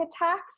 attacks